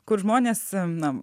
kur žmonės na